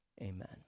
amen